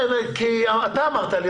אתה אמרת לי,